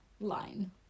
line